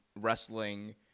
wrestling